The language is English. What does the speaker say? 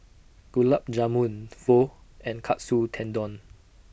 Gulab Jamun Pho and Katsu Tendon